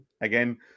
Again